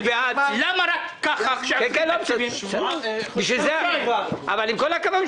למה רק כך כשעוצרים תקציבים --- עם כל הכבוד,